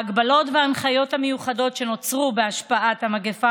ההגבלות וההנחיות המיוחדות שנוצרו בהשפעת המגפה